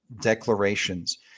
declarations